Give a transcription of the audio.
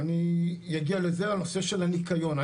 אני אגיע לזה, בנושא של הניקיון.